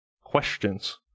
questions